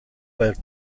per